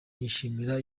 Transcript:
nishimira